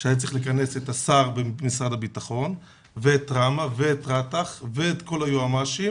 שהיה צריך לכנס את השר במשרד הביטחון ואת ראמ"ה ואת ראפ"ח ואת כל היועמש"ים